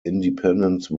independence